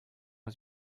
was